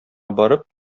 барып